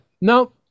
no